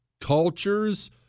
Cultures